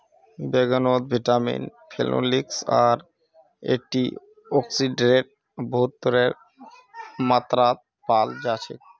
बैंगनत vitamin, phenolics आर antioxidant बहुतेर मात्रात पाल जा छेक